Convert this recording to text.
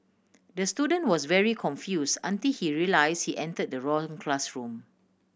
the student was very confuse until he realise he enter the wrong classroom